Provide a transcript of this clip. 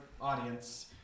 audience